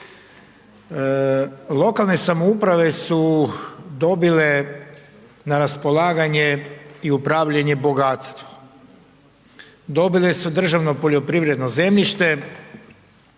Lokalne samouprave su dobile na raspolaganje upravljanje bogatstvo, dobile su državno poljoprivredno zemljište